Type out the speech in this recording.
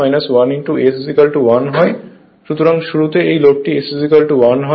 সুতরাং শুরুতে এই লোডটি S1 হয়